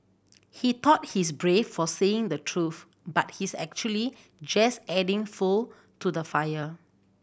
he thought he's brave for saying the truth but he's actually just adding fuel to the fire